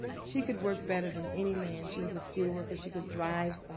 she could work better than any man. she was a steel worker. she could drive